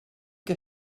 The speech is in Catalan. que